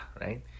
right